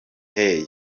hey